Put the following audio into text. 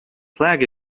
flag